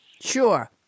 Sure